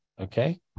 okay